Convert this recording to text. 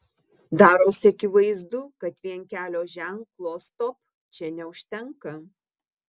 darosi akivaizdu kad vien kelio ženklo stop čia neužtenka